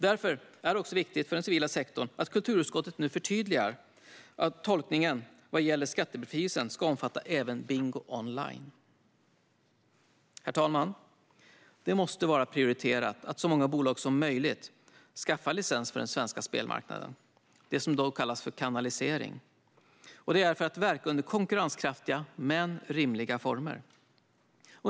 Därför är det också viktigt för den civila sektorn att kulturutskottet nu förtydligar att tolkningen vad gäller skattebefrielsen även ska omfatta bingo online. Herr talman! Det måste vara prioriterat att så många bolag som möjligt skaffar licens för den svenska spelmarknaden - det som i dag kallas för kanalisering - för att kunna verka under konkurrenskraftiga men rimliga former.